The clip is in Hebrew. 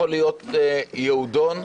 יכול להיות יהודון.